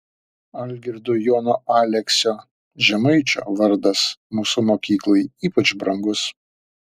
algirdo jono aleksio žemaičio vardas mūsų mokyklai ypač brangus